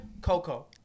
Coco